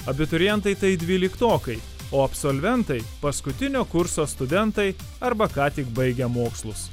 abiturientai tai dvyliktokai o absolventai paskutinio kurso studentai arba ką tik baigę mokslus